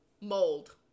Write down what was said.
Mold